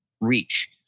reach